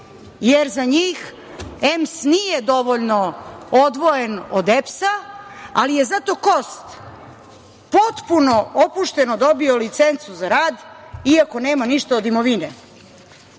jer za njih EMS nije dovoljno odvojen od EPS-a, ali je zato KOST potpuno opušteno dobio licencu za rad, iako nema ništa od imovine.